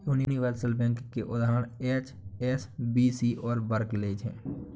universal bank के उदाहरण HSBC और बार्कलेज हैं